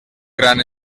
gran